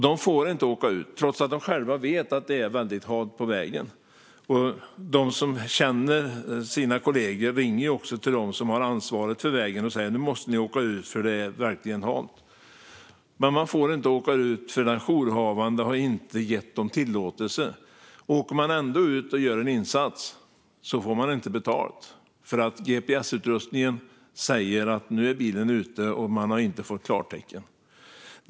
De får inte åka ut, trots att de själva vet att det är väldigt halt på vägen. De som känner sina kollegor ringer också till dem som har ansvaret för vägen och säger att nu måste ni åka ut, för det är verkligen halt. Men man får inte åka ut, för den jourhavande har inte gett dem tillåtelse. Åker man ändå ut och gör en insats så får man inte betalt. Gps-utrustningen säger att nu är bilen ute, men man har inte fått klartecken.